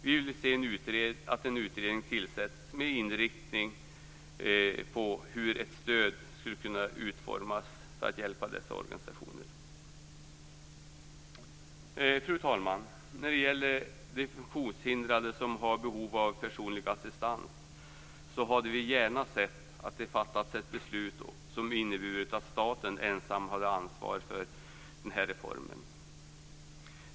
Vi vill se att en utredning tillsätts med inriktning på hur ett stöd skulle kunna utformas för att hjälpa dessa organisationer. Fru talman! När det gäller de funktionhindrade som har behov av personlig assistans hade vi gärna sett att det fattats ett beslut som inneburit att staten ensam hade ansvaret för den här reformen.